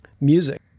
music